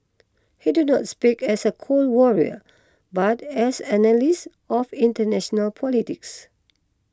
he did not speak as a Cold Warrior but as an analyst of international politics